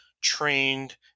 Trained